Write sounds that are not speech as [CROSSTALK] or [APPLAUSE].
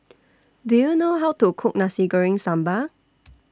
Do YOU know How to Cook Nasi Goreng Sambal [NOISE]